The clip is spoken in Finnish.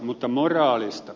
mutta moraalista